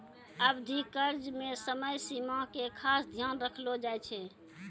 अवधि कर्ज मे समय सीमा के खास ध्यान रखलो जाय छै